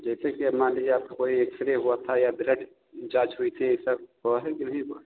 जैसे कि अब मान लीजिए आपका कोई एक्स रे हुआ था या ब्लड जाँच हुई थी सब हुआ है की नहीं हुआ